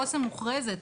אסם מוכרזת.